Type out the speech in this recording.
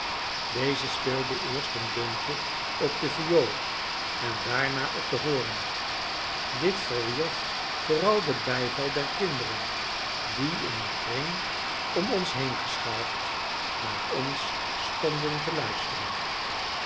deze speelde eerst een deuntje op de viool en daarna op den horen dit verwierf vooral den bijval der kinderen die in een kring om ons heen geschaard naar ons stonden te luisteren